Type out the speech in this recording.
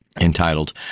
entitled